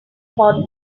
hot